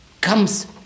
comes